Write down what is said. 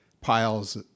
piles